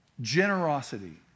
generosity